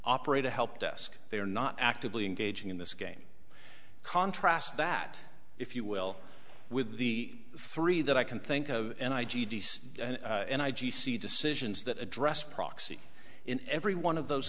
operate a helpdesk they are not actively engaging in this game contrast that if you will with the three that i can think of and i g d's and i g c decisions that address proxy in every one of those